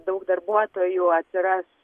daug darbuotojų atsiras